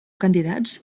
candidats